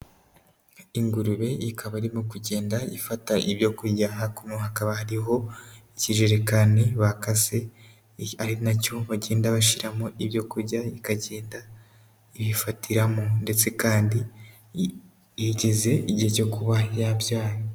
Ingurube ikaba irimo kugenda ifata ibyo kurya, hakuno hakaba hariho ikijerekani bakase, ari na cyo bagenda bashyiramo ibyo kurya ikagenda ibifatiramo ndetse kandi iyo igeze igihe cyo kuba yabyara.